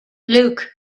luke